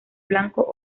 blanco